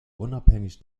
unabhängig